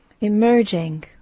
emerging